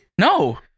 No